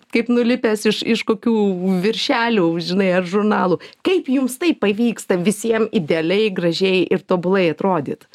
kaip nulipęs iš iš kokių viršelių žinai ar žurnalų kaip jums taip pavyksta visiem idealiai gražiai ir tobulai atrodyt